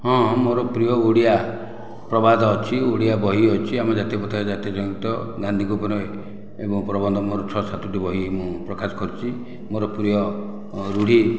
ହଁ ମୋ'ର ପ୍ରିୟ ଓଡ଼ିଆ ପ୍ରବାଦ ଅଛି ଓଡ଼ିଆ ବହି ଅଛି ଆମ ଜାତୀୟ ପତାକା ଜାତୀୟ ଜନିତ ଗାନ୍ଧୀଙ୍କ ଉପରେ ଏବଂ ପ୍ରବନ୍ଧ ମୋ'ର ଛଅ ସାତୋଟି ବହି ମୁଁ ପ୍ରକାଶ କରିଛି ମୋର ପ୍ରିୟ ରୁଢ଼ି